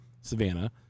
savannah